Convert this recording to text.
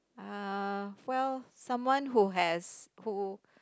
ah well someone who has who